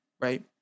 Right